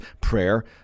prayer